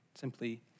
simply